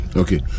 okay